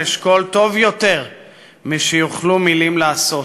אשכול טוב יותר משיוכלו מילים לעשות".